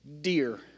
dear